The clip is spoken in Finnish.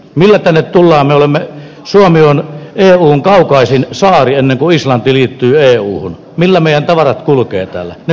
meille tänne tullaan me olemme suomea eun kaakkoisin osa oli ennen kuin saan liittyy euhun millä mielellä kulkee täällä ja